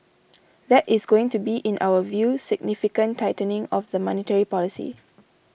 that is going to be in our view significant tightening of the monetary policy